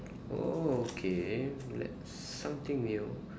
oh okay that's something new